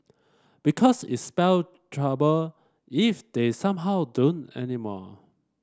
because it's spell trouble if they somehow don't anymore